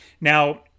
Now